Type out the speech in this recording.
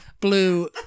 blue